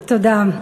תודה.